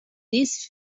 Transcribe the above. this